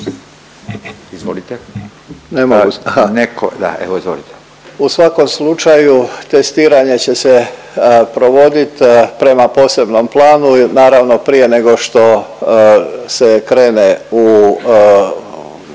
(HDZ)** U svakom slučaju testiranje će se provodit prema posebnom planu i naravno prije nego što se krene u,